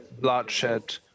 bloodshed